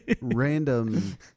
random